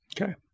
Okay